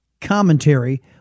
commentary